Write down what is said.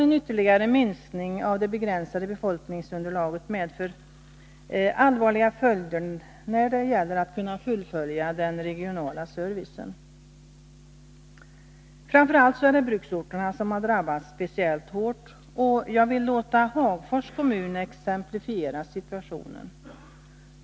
En ytterligare minskning av det begränsade befolkningsunderlaget i dessa kommuner skulle medföra allvarliga följder då det gäller möjligheterna att fullfölja den regionala servicen. Framför allt är det bruksorterna som har drabbats speciellt hårt, och jag vill låta Hagfors kommun exemplifiera situationen.